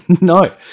No